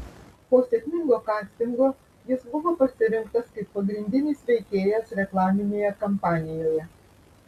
po sėkmingo kastingo jis buvo pasirinktas kaip pagrindinis veikėjas reklaminėje kampanijoje